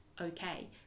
okay